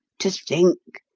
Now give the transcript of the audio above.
to think!